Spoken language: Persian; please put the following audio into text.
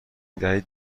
دهید